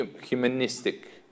humanistic